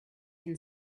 can